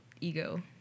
ego